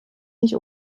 nicht